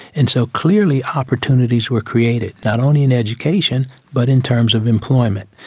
and so clearly opportunities were created, not only in education but in terms of employment.